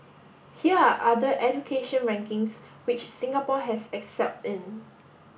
here are other education rankings which Singapore has excelled in